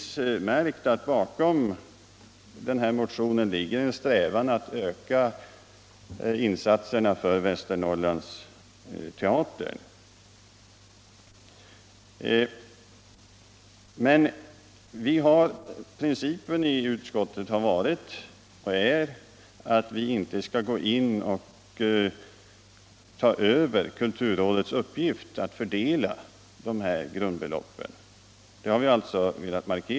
Bakom motionen ligger — det har vi naturligtvis märkt — en strävan att öka insatserna för Västernorrlands teater. Men principen i utskottet har varit och är att vi inte skall ta över kulturrådets uppgift att fördela grundbeloppen, och detta har vi velat markera.